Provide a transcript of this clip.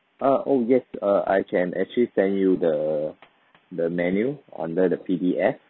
uh oh yes uh I can actually send you the the menu on the the P_D_F